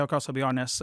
jokios abejonės